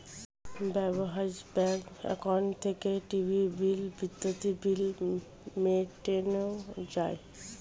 ব্যবহার্য bank account থেকে টিভির বিল, বিদ্যুতের বিল মেটানো যায়